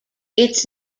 its